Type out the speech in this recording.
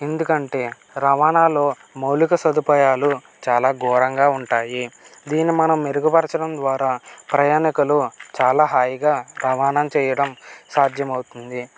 ఎందుకంటే రవాణాలు మౌలిక సదుపాయాలు చాలా ఘోరంగా ఉంటాయి దీన్ని మనం మెరుగుపరచడం ద్వారా ప్రయాణికులు చాలా హాయిగా రవాణా చేయడం సాధ్యమవుతుంది